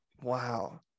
wow